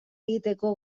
egiteko